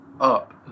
up